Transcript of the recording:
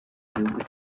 igihugu